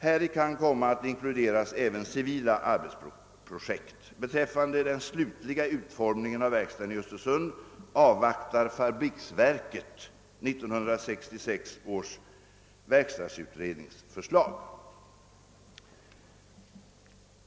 Häri kan komma att inkluderas även civila arbetsprojekt. Beträffande den slutliga utformningen av verkstaden i Östersund avvaktar fabriksverket 1966 års verkstadsutrednings förslag. Härmed, herr talman, anser jag mig ha besvarat herr Wennerfors” interpellation.